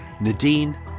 Nadine